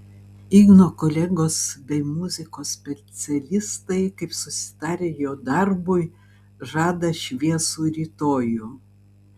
igno kolegos bei muzikos specialistai kaip susitarę jo darbui žada šviesų rytojų